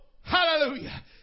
Hallelujah